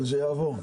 אבל שיעבור.